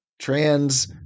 trans